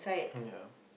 ya